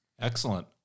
Excellent